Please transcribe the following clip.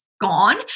gone